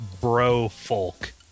bro-folk